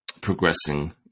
progressing